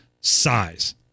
size